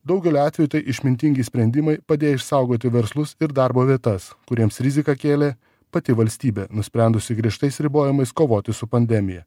daugeliu atveju tai išmintingi sprendimai padėję išsaugoti verslus ir darbo vietas kuriems riziką kėlė pati valstybė nusprendusi griežtais ribojimais kovoti su pandemija